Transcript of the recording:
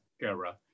era